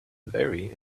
very